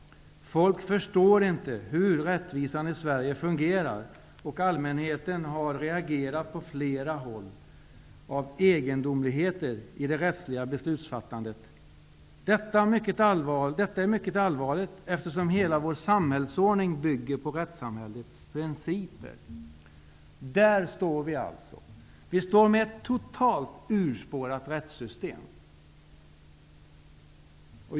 Folk förstår inte hur rättvisan i Sverige fungerar, och allmänheten har reagerat på flera håll på egendomligheter i det rättsliga beslutsfattandet. Detta är mycket allvarligt eftersom hela vår samhällsordning bygger på rättssamhällets principer. I det läget befinner vi oss i dag. Vi har ett totalt urspårat rättssystem.